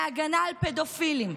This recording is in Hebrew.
מהגנה על פדופילים,